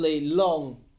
long